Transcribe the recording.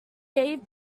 gave